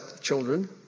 children